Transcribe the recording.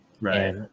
Right